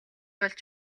болж